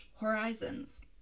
horizons